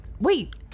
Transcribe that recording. Wait